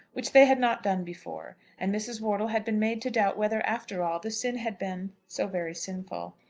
which they had not done before and mrs. wortle had been made to doubt whether, after all, the sin had been so very sinful.